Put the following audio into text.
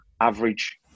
average